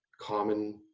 common